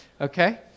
Okay